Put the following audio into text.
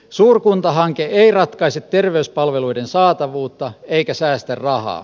suurkuntahanke ei ratkaise terveyspalveluiden saatavuutta eikä säästää rahaa